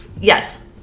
yes